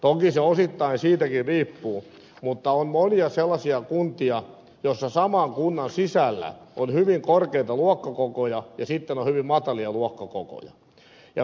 toki se osittain siitäkin riippuu mutta on monia sellaisia kuntia joissa saman kunnan sisällä on hyvin korkeita luokkakokoja ja sitten on hyvin matalia luokkakokoja